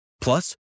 Plus